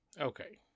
Okay